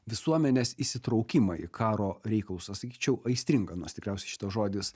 visuomenės įsitraukimą į karo reikalus aistringa nors tikriausiai šitas žodis